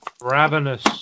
Ravenous